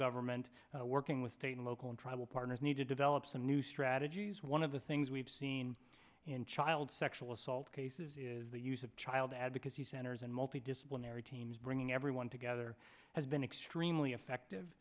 government working with state and local tribal partners need to develop some new strategies one of the things we've seen in child sexual assault cases is the use of child advocacy centers and multi disciplinary teams bringing everyone together has been extremely effective